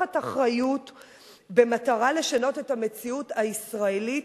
לקחת אחריות במטרה לשנות את המציאות הישראלית.